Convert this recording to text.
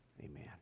amen